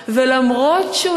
אתה אמרת את זה גם בדבריך.